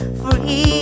free